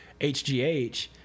HGH